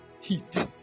heat